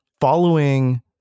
following